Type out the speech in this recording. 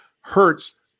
hurts